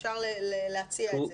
אני חושבת שאפשר להציע את זה,